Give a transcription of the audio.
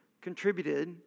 contributed